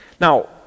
Now